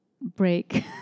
break